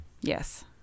Yes